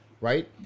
right